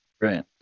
Right